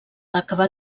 acabà